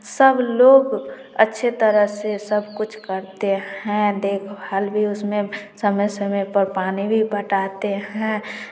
सब लोग अच्छे तरह से सब कुछ करते हैं देखभाल भी उसमें समय समय पर पानी भी पटाते हैं